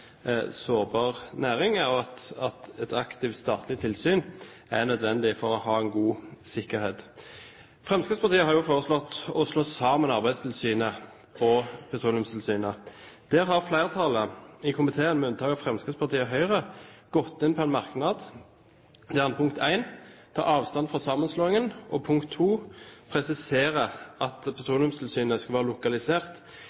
sårbar næring, og at et aktivt statlig tilsyn er nødvendig for å ha god sikkerhet. Fremskrittspartiet har foreslått å slå sammen Arbeidstilsynet og Petroleumstilsynet. Her har flertallet i komiteen, med unntak av Fremskrittspartiet og Høyre, gått sammen om en merknad der en, punkt 1, tar avstand fra sammenslåingen og, punkt 2, presiserer at